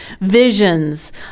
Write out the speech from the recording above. visions